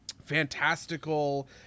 fantastical